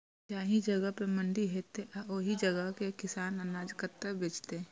जाहि जगह पर मंडी हैते आ ओहि जगह के किसान अनाज कतय बेचते?